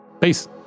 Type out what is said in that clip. peace